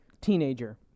teenager